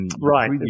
Right